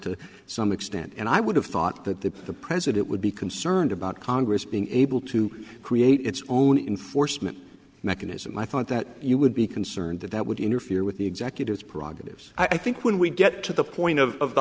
to some extent and i would have thought that the president would be concerned about congress being able to create its own in forstmann mechanism i thought that you would be concerned that that would interfere with the executives prerogatives i think when we get to the point of